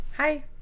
Hi